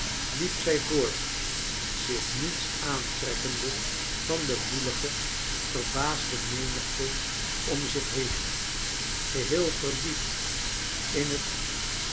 liep zij voort zich niets aantrekkende van de woelige verbaasde menigte om zich heen geheel verdiept in het